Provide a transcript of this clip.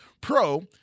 Pro